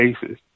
cases